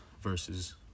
versus